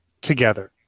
together